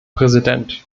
präsident